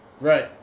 right